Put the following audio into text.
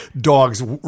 dogs